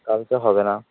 কালকে হবে না